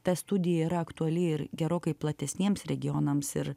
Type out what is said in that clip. ta studija yra aktuali ir gerokai platesniems regionams ir